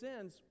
sins